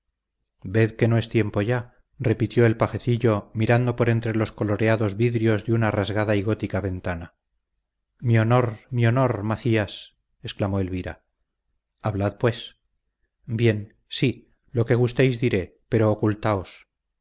ved que no es tiempo ya repitió el pajecillo mirando por entre los coloreados vidrios de una rasgada y gótica ventana mi honor mi honor macías exclamó elvira hablad pues bien sí lo que gustéis diré pero ocultaos